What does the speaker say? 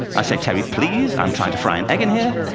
i say, terry, please, i'm trying to fry an egg in here.